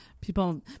people